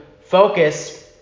focus